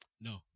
No